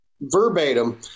verbatim